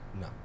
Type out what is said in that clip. No